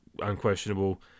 unquestionable